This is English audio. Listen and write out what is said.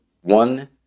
one